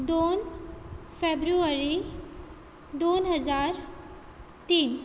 दोन फॅब्रुवरी दोन हजार तीन